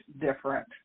different